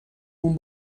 اون